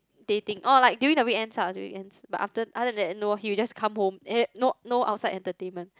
dating orh like during the weekends ah the weekends but after other than that no he will just come home and no no outside entertainment